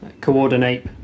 Coordinate